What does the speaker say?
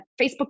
Facebook